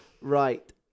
Right